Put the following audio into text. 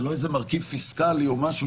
זה לא מרכיב פיסקלי או משהו,